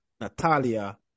Natalia